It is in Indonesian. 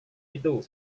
itu